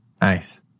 Nice